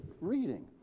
reading